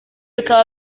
bikaba